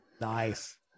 nice